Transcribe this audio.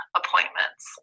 appointments